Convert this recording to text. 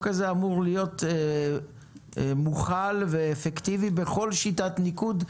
הזה אמור להיות מוחל ואפקטיבי בכל שיטת ניקוד,